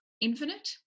infinite